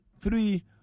three